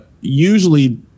usually